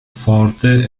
forte